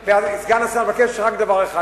סגן השר, אני מבקש רק דבר אחד.